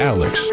Alex